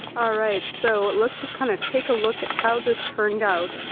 all right, so let's just kinda take a look at how this turned out.